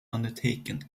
undertaken